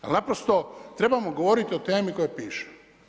Naprosto trebamo govoriti o temi koja piše.